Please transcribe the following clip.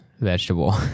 vegetable